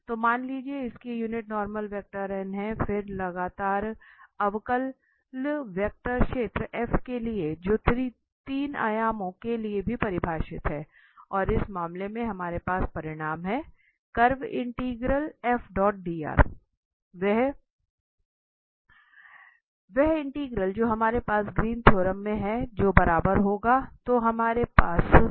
तो मान लीजिए इसकी यूनिट नॉर्मल वेक्टर है फिर लगातार अवकल वेक्टर क्षेत्र के लिए जो 3 आयामों के लिए भी परिभाषित है और इस मामले में हमारे पास परिणाम है कर्व इंटीग्रल वह इंटीग्रल जो हमारे पास ग्रीन थ्योरम में है वो बराबर होगा तो हमारे पास हैं